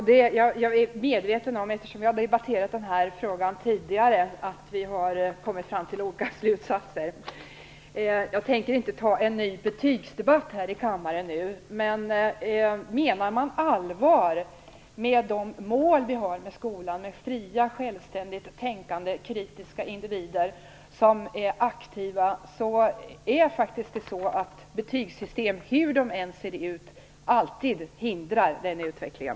Herr talman! Eftersom vi har debatterat den här frågan tidigare är jag medveten om att vi har kommit fram till olika slutsatser. Jag tänker inte ta upp en ny betygsdebatt nu här i kammaren. Men menar man allvar med de mål som skolan har, nämligen fria självständigt tänkande kritiska individer som är aktiva, då hindrar betygssystem - hur de än ser ut - alltid den utvecklingen.